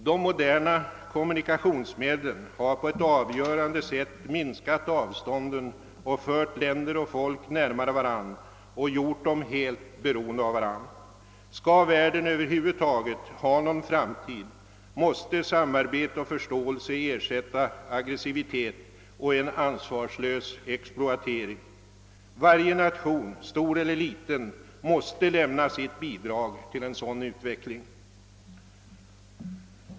De moderna kommunikationsmedlen har på ett avgörande sätt minskat avstånden och fört länder och folk närmare varandra och gjort dem helt beroende av varandra. Skall världen över huvud taget ha någon framtid, måste samarbete och förståelse ersätta agg ressivitet och en ansvarslös exploatering. Varje nation — stor eller liten — måste lämna sitt bidrag till en sådan utveckling.